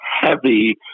heavy